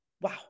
wow